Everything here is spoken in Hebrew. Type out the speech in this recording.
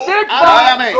עמי, מספיק כבר.